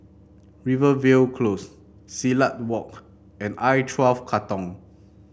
Rivervale Close Silat Walk and I twelve Katong